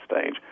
stage